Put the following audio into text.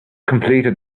completed